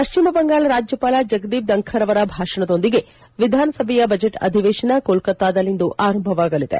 ಪಶ್ಚಿಮ ಬಂಗಾಳ ರಾಜ್ಯವಾಲ ಜಗದೀಪ್ ಧಂಖರ್ ಅವರ ಭಾಷಣದೊಂದಿಗೆ ವಿಧಾನಸಭೆಯ ಬಜೆಟ್ ಅಧಿವೇಶನ ಕೋಲ್ಲತ್ತಾದಲ್ಲಿಂದು ಆರಂಭವಾಗಲಿದೆ